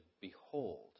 Behold